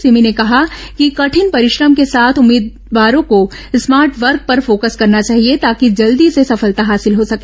सिमी ने कहा कि कठिन परिश्रम के साथ उम्मीदवारों को स्मार्ट वर्क पर फोकस करना चाहिए ताकि जल्दी से सफलता हासिल हो सके